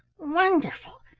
wonderful!